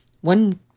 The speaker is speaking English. One